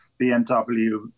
BMW